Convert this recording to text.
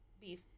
beef